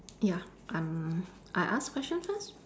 ya I'm I ask question first